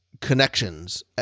connections